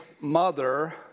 mother